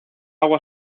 agua